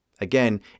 again